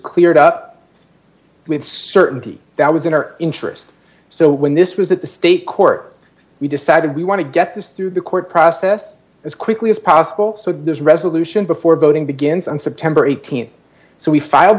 cleared up with certainty that was in our interest so when this was that the state court we decided we want to get this through the court process as quickly as possible so this resolution before voting begins on september th so we filed